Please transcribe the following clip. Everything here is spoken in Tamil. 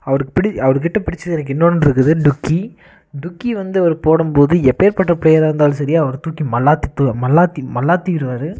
அவருக்கு பிடி அவருகிட்ட பிடிச்சது எனக்கு இன்னோன்றுருக்குது டுக்கி டுக்கி வந்து அவர் போடும் போது எப்பேர் பட்ட ப்ளேயராக இருந்தாலும் சரி அவர் தூக்கி மல்லாத்தி தூ மல்லாத்தி மல்லாத்திருவார்